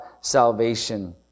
salvation